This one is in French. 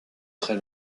très